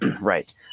Right